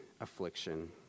affliction